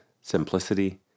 simplicity